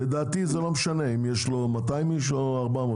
לדעתי, זה לא משנה אם יש לו 200 איש או 400 איש.